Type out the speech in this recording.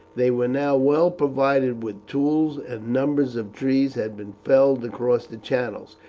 they were now well provided with tools, and numbers of trees had been felled across the channels,